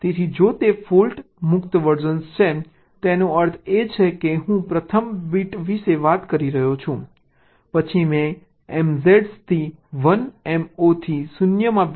તેથી જો તે ફોલ્ટ મુક્ત વર્ઝન છે તેનો અર્થ એ છે કે હું પ્રથમ બીટ વિશે વાત કરી રહ્યો છું પછી મેં MZ થી 1 Mo થી 0 માં બીટ કહ્યું